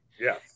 Yes